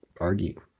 argue